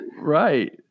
Right